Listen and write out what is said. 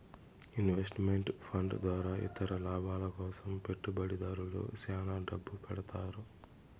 invest meant fund ద్వారా ఇతర లాభాల కోసం పెట్టుబడిదారులు శ్యాన డబ్బు పెడతారు